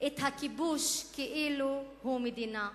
את הכיבוש כאילו הוא מדינה.